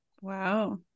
Wow